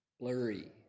blurry